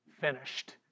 finished